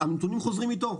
במשך שנה הנתונים חוזרים אתו,